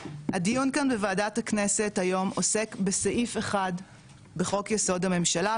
הדיון כאן בוועדת הכנסת היום עוסק בסעיף אחד בחוק יסוד הממשלה,